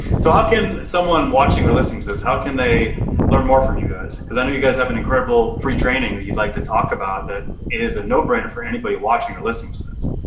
so how can someone watching or listening to this, how can they learn more from you guys? cause i know you guys have an incredible free training that you'd like to talk about. that is a no brainer for anybody watching or listening to this.